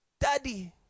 Daddy